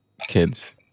kids